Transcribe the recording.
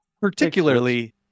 Particularly